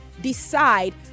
decide